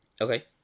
Okay